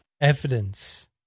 evidence